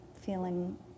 feeling